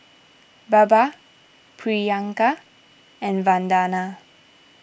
Baba Priyanka and Vandana